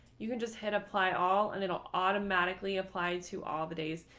you can just head apply all and it'll automatically apply to all the days.